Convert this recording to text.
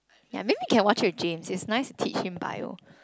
ya maybe you can watch it with James it's nice to teach him Bio